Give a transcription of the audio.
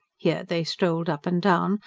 here they strolled up and down,